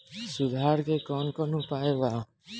सुधार के कौन कौन उपाय वा?